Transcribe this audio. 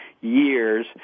years